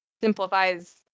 simplifies